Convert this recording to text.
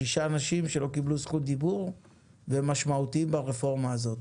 שישה אנשים שלא קיבלו זכות דיבור והם משמעותיים ברפורמה הזאת.